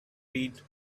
read